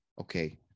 Okay